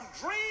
dream